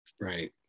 right